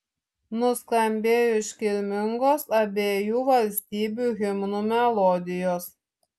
nuskambėjo iškilmingos abiejų valstybių himnų melodijos